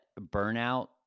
burnout